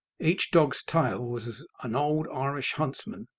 each dog's tail was as an old irish huntsman,